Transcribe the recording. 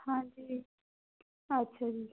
ਹਾਂਜੀ ਅੱਛਾ ਜੀ